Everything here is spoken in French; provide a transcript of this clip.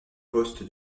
poste